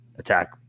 Attack